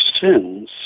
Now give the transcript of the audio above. sins